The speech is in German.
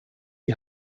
die